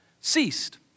ceased